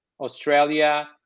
Australia